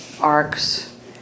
Arcs